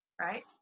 right